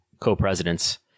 co-presidents